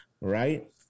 right